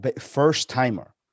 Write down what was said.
first-timer